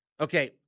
Okay